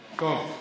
אני מפרגן.